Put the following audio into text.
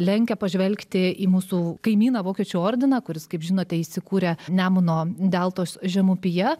lenkia pažvelgti į mūsų kaimyną vokiečių ordiną kuris kaip žinote įsikuria nemuno deltos žemupyje